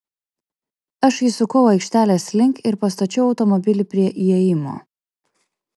aš įsukau aikštelės link ir pastačiau automobilį prie įėjimo